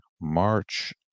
March